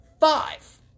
five